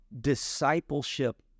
discipleship